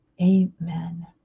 Amen